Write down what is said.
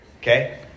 okay